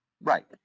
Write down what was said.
Right